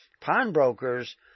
pawnbrokers